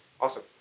awesome